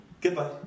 Goodbye